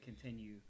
continue